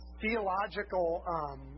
theological